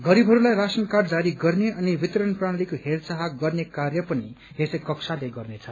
गरीबहस्लाई ration card जारी गर्ने अनि वितरण प्रणलीको हेरचार गर्ने कार्य पनि यसै कक्षाले गर्नेछ